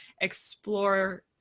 explore